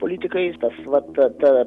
politikais tas vat ta ta